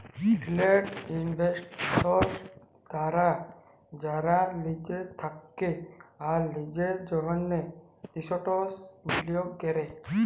retail investors তারা যারা লিজের থেক্যে আর লিজের জন্হে এসেটস বিলিয়গ ক্যরে